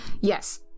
Yes